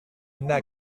n’a